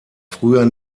früher